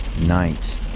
Night